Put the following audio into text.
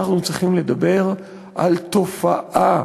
אנחנו צריכים לדבר על תופעה,